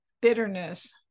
bitterness